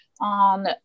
on